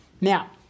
Now